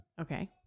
Okay